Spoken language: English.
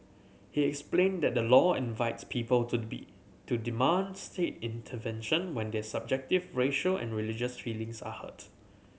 he explained that the law invites people to be to demand state intervention when their subjective racial and religious feelings are hurt